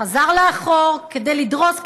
חזר לאחור כדי לדרוס,